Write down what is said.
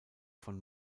von